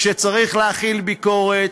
כשצריך להחיל ביקורת,